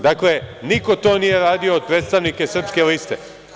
Dakle, niko to nije radio od predstavnika Srpske liste.